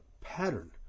pattern